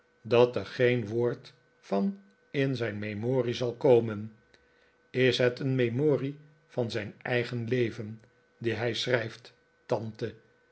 dat er geen woord van in zijn memorie zal komen is het een memorie van zijn eigen leven die hij schrijft tante